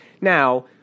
Now